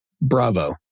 bravo